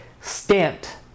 stamped